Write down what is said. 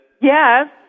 Yes